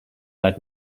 add